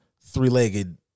three-legged